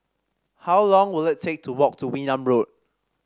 how long will it take to walk to Wee Nam Road